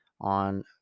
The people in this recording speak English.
on